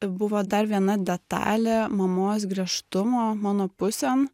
buvo dar viena detalė mamos griežtumo mano pusėn